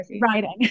Writing